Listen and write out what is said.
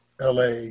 LA